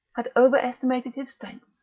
had over-estimated his strength,